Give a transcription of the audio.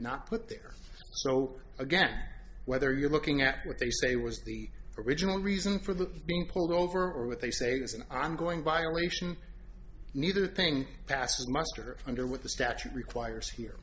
not put there so again whether you're looking at what they say was the original reason for the being pulled over or what they say this and i'm going violation neither thing passes muster under what the statute requires here